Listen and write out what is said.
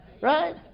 right